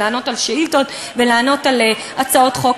לענות על שאילתות ולענות על הצעות חוק.